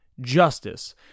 Justice